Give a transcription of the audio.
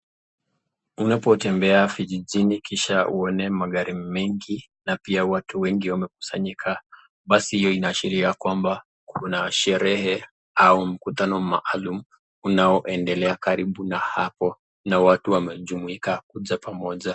Unapotembea vijijini kisha uone magari mengi na pia watu wengi wamekusanyika basi hiyo inaashiria kwamba kuna sherehe au mkutano maalum unaoendelea karibu na hapo na watu wamejumuika kuja pamoja.